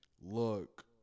look